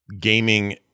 gaming